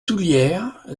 soullieres